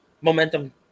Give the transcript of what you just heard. momentum